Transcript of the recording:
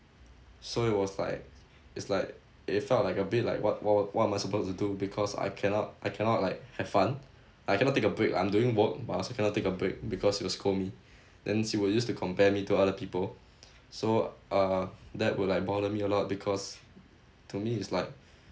so it was like it's like it felt like a bit like what what what what am I supposed to do because I cannot I cannot like have fun I cannot take a break I'm doing work but I also cannot take a break because she will scold me then she will use to compare me to other people so uh that will like bother me a lot because to me it's like